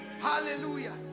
hallelujah